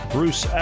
Bruce